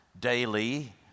daily